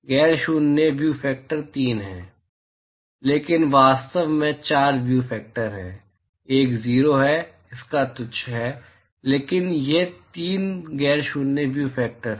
तो गैर शून्य व्यू फैक्टर तीन हैं लेकिन वास्तव में चार व्यू फैक्टर हैं एक 0 है इसका तुच्छ है लेकिन ये तीन गैर शून्य व्यू फैक्टर हैं